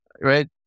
Right